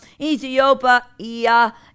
Ethiopia